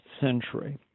century